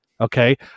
Okay